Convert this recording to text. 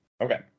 okay